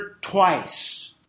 twice